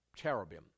cherubim